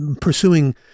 pursuing